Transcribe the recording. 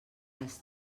les